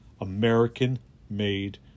American-made